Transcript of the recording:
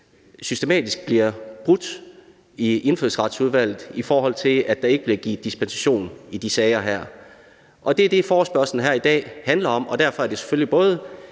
systematisk bliver brudt i Indfødsretsudvalget i forhold til, at der ikke bliver givet dispensation i de her sager, og det er det, som forespørgslen her i dag handler om. Derfor er det selvfølgelig både